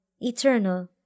eternal